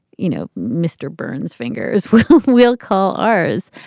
you know, mr. burns fingers, we will call ours.